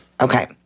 Okay